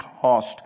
cost